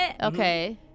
Okay